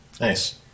Nice